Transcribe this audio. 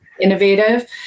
innovative